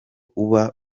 uba